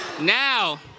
Now